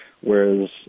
whereas